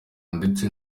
ndetse